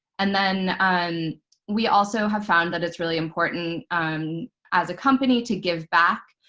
and then we also have found that it's really important as a company to give back.